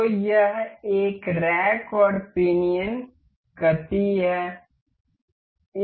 तो यह एक रैक और पिनियन गति थी